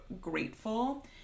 grateful